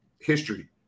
history